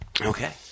Okay